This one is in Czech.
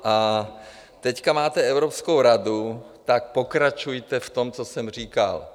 A teď máte Evropskou radu, tak pokračujte v tom, co jsem říkal.